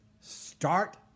start